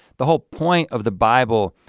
the whole point of the bible,